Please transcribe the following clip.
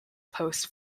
post